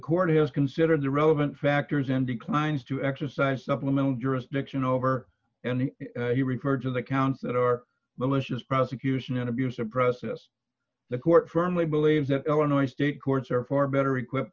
court has considered the relevant factors and declines to exercise supplemental jurisdiction over any he referred to the counts that are malicious prosecution and abuse of process the court firmly believes that illinois state courts are far better equipped